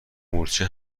مورچه